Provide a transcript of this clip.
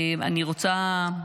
כדאי